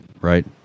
right